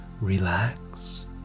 relax